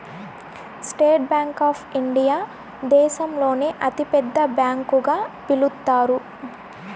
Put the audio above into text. state Bank of India దేశంలోనే అతి పెద్ద బ్యాంకు గా పిలుత్తారు